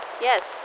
Yes